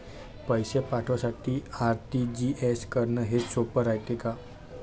पैसे पाठवासाठी आर.टी.जी.एस करन हेच सोप रायते का?